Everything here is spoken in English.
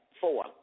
Four